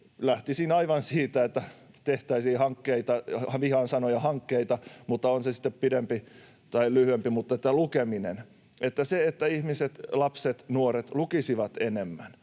Lähtisin aivan siitä, että tehtäisiin hankkeita — vihaan sanaa ”hankkeita” —, ovat ne sitten pidempiä tai lyhyempiä, että ihmiset, lapset, nuoret lukisivat enemmän,